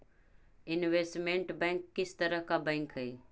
investment bank किस तरह का बैंक हई